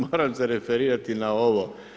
Moram se referirati na ovo.